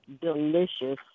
delicious